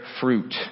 fruit